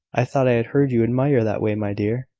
i thought i had heard you admire that way, my dear.